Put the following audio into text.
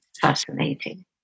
fascinating